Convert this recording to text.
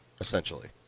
essentially